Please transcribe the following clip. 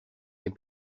est